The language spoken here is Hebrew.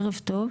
ערב טוב.